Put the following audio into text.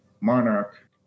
monarch